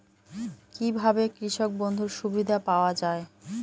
কি ভাবে কৃষক বন্ধুর সুবিধা পাওয়া য়ায়?